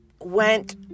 went